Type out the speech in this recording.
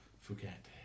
forget